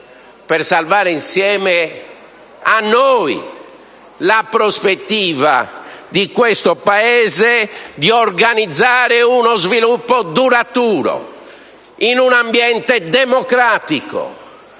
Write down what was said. per salvare insieme a noi la prospettiva di questo Paese di organizzare uno sviluppo duraturo, in un ambiente democratico,